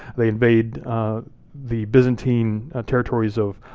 they invade the byzantine territories of